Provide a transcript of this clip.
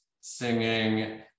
singing